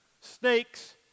snakes